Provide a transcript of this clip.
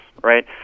right